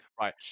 Right